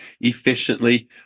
efficiently